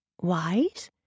wise